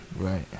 Right